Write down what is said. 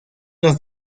los